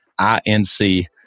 Inc